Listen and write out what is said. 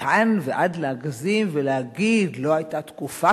מכאן ועד להגזים ולהגיד, לא היתה תקופה